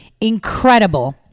incredible